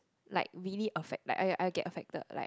like really affect like I I'll get affected right